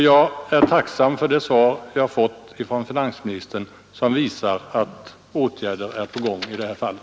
Jag är tacksam för det svar jag har fått från finansministern, vilket visar att åtgärder är på gång i det här fallet.